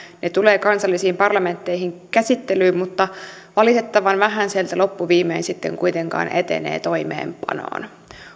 ne tulevat kansallisiin parlamentteihin käsittelyyn mutta valitettavan vähän sieltä loppuviimein sitten kuitenkaan etenee toimeenpanoon